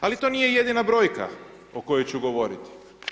Ali to nije jedina brojka o kojoj ću govoriti.